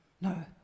No